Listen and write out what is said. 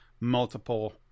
multiple